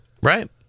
Right